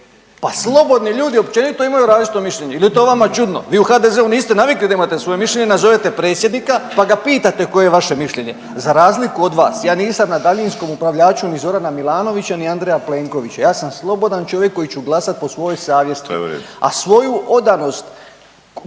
Pa slobodni ljudi općenito imaju različito mišljenje ili je to vama čudno. Vi u HDZ-u niste navikli da imate svoje mišljenje, nazovete predsjednika pa ga pitate koje je vaše mišljenje, za razliku od nas, ja nisam na daljinskom upravljaču ni Zorana Milanovića ni Andreja Plenkovića. Ja sam slobodan čovjek koji ću glasati po svojoj savjesti .../Upadica: